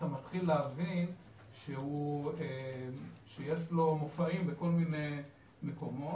אתה מתחיל להבין שיש לו מופעים בכל מיני מקומות,